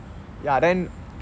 ya then